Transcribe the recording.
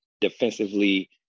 defensively